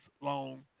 long